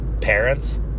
parents